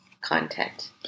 content